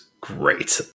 great